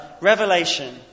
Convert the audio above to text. revelation